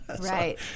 Right